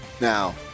now